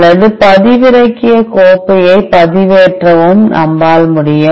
அல்லது பதிவிறக்கிய கோப்பை பதிவேற்றவும் நம்மால் முடியும்